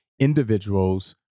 individuals